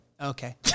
Okay